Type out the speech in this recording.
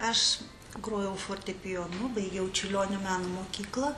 aš grojau fortepijonu baigiau čiurlionio meno mokyklą